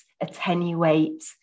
attenuate